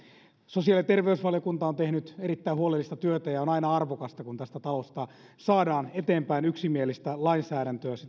sosiaali ja terveysvaliokunta on tehnyt erittäin huolellista työtä ja on aina arvokasta kun tästä talosta saadaan eteenpäin yksimielistä lainsäädäntöä